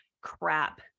crap